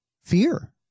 fear